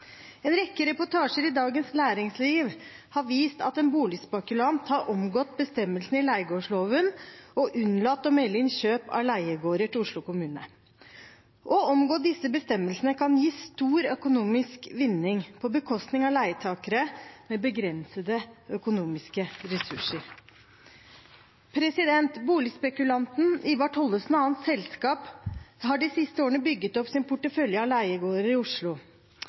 En rekke reportasjer i Dagens Næringsliv har vist at en boligspekulant har omgått bestemmelsene i leiegårdsloven og unnlatt å melde inn kjøp av leiegårder til Oslo kommune. Å omgå disse bestemmelsene kan gi stor økonomisk vinning på bekostning av leietakere med begrensede økonomiske ressurser. Boligspekultanten Ivar Tollefsen og hans selskap har de siste årene bygget opp sin portefølje av leiegårder i Oslo.